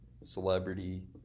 celebrity